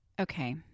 Okay